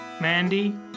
mandy